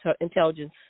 intelligence